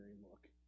look